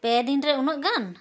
ᱯᱮᱫᱤᱱ ᱨᱮ ᱩᱱᱟᱹᱜ ᱜᱟᱱ